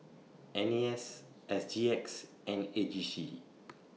N A S S G X and A G C